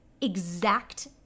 exact